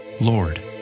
Lord